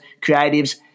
creatives